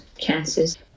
cancers